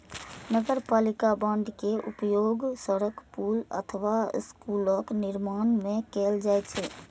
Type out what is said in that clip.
नगरपालिका बांड के उपयोग सड़क, पुल अथवा स्कूलक निर्माण मे कैल जाइ छै